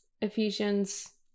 Ephesians